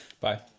bye